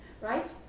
Right